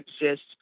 exists